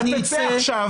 אתה תצא עכשיו.